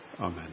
amen